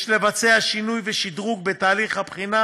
יש לבצע שינוי ושדרוג בתהליך הבחינה,